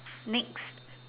next